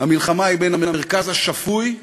המלחמה היא בין המרכז השפוי לשוליים,